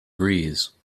breeze